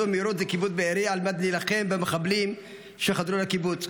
במהירות לקיבוץ בארי להילחם במחבלים שחדרו לקיבוץ.